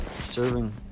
serving